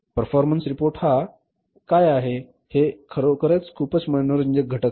performance report हा performance report काय आहे हे खरोखर खूपच मनोरंजक घटक आहे